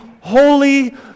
holy